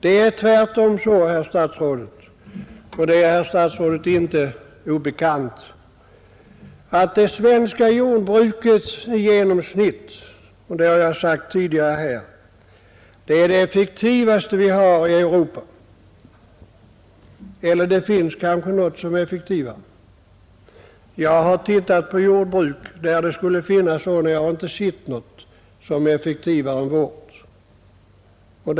Det är tvärtom så, och det är herr statsrådet inte obekant, att det svenska jordbruket genomsnittligt — det har jag sagt tidigare — är det effektivaste i Europa. Eller finns det kanske något effektivare? Jag har studerat jordbruk på andra håll, men jag har inte funnit något som är effektivare än det svenska.